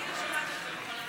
אנחנו לא שומעים אותך.